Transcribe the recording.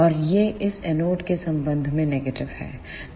और यह इस एनोड के संबंध में नेगेटिव है